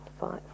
five